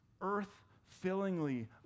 earth-fillingly